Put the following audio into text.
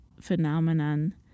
phenomenon